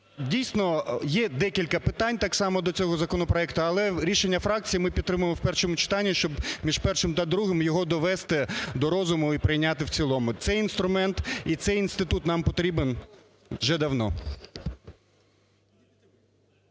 Дійсно, є декілька питань так само до цього законопроекту, але рішення фракції: ми підтримуємо в першому читанні, щоб між першим та другим його довести до розуму і прийняти в цілому. Цей інструмент і цей інститут нам потрібен вже давно.